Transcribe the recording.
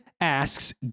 asks